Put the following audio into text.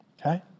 Okay